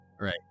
Right